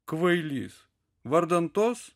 kvailys vardan tos